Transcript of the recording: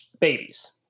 babies